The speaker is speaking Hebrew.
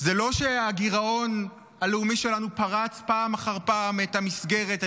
זה לא שהגירעון הלאומי שלנו פרץ פעם אחר פעם את המסגרת,